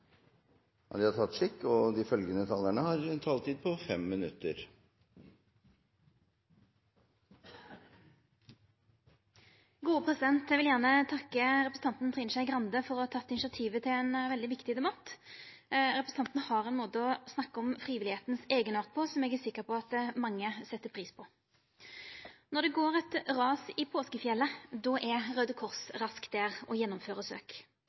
Eg vil gjerne takka representanten Trine Skei Grande for å ha teke initiativet til ein veldig viktig debatt. Representanten har ein måte å snakka om eigenarten til det frivillige på, som eg er sikker på at mange set pris på. Når det går eit ras i påskefjellet, er Røde Kors der raskt og gjennomfører søk.